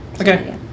Okay